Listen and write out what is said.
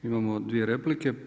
Imamo dvije replike.